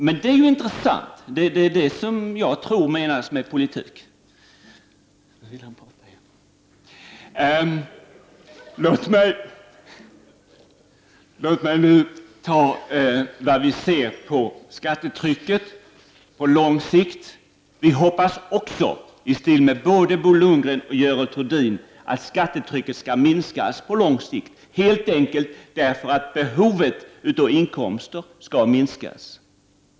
Det är det som är intressant, och det är det som jag tror menas med politik. Låt mig nu ta upp hur vi ser på skattetrycket. På lång sikt hoppas vi, liksom Bo Lundgren och Görel Thurdin, att skattetrycket skall minskas, helt enkelt för att behovet av inkomster skall minskas.